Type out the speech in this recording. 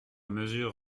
mesure